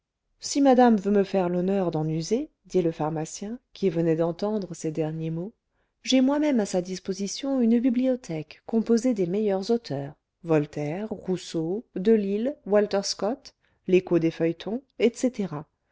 si madame veut me faire l'honneur d'en user dit le pharmacien qui venait d'entendre ces derniers mots j'ai moi-même à sa disposition une bibliothèque composée des meilleurs auteurs voltaire rousseau delille walter scott l'écho des feuilletons etc